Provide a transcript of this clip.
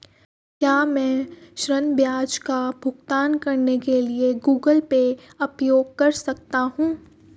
क्या मैं ऋण ब्याज का भुगतान करने के लिए गूगल पे उपयोग कर सकता हूं?